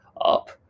up